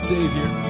Savior